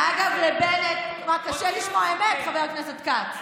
אגב, לבנט, מה, קשה לשמוע אמת, חבר הכנסת כץ?